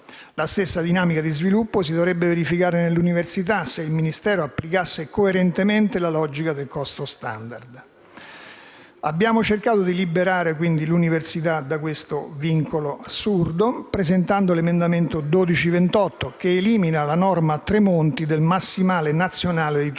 La stessa dinamica di sviluppo si dovrebbe verificare nell'università, se il Ministero applicasse coerentemente la logica del costo *standard*. Abbiamo cercato di liberare l'università da questo vincolo assurdo presentando l'emendamento 12.28, che elimina la norma Tremonti del massimale nazionale di *turnover*.